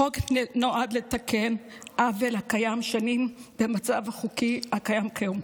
החוק נועד לתקן עוול הקיים שנים במצב החוקי הקיים כיום.